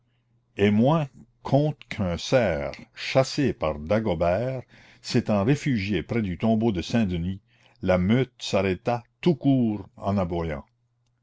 aymoin conte qu'un cerf chassé par dagobert s'étant réfugié près du tombeau de saint denys la meute s'arrêta tout court en aboyant